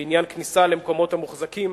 בעניין כניסה למקומות המוחזקים